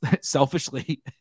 selfishly